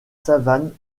savanes